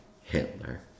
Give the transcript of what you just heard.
Hitler